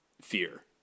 fear